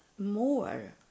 More